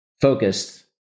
focused